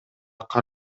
кар